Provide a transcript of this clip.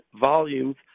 volumes